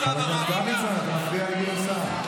חבר הכנסת דוידסון, אתה מפריע לגדעון סער.